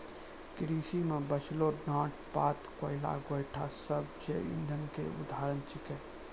कृषि के बचलो डांट पात, कोयला, गोयठा सब जैव इंधन के उदाहरण छेकै